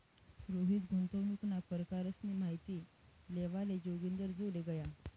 रोहित गुंतवणूकना परकारसनी माहिती लेवाले जोगिंदरजोडे गया